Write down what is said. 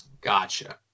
Gotcha